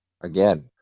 again